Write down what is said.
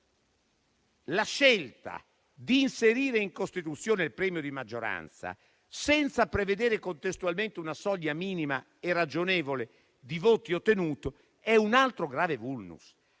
la scelta di inserire in Costituzione il premio di maggioranza senza prevedere contestualmente una soglia minima e ragionevole di voti ottenuti è un altro grave *vulnus*.